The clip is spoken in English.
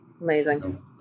amazing